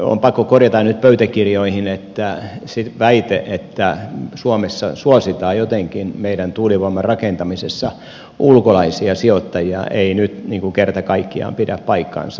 on pakko korjata nyt pöytäkirjoihin että se väite että suomessa suositaan jotenkin meidän tuulivoiman rakentamisessa ulkolaisia sijoittajia ei kerta kaikkiaan pidä paikkaansa